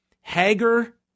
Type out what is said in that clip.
Hager